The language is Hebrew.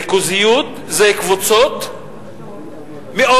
הריכוזיות, קבוצות מאוד